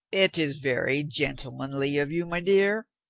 it is very gentlemanly of you, my dear,